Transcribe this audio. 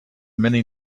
many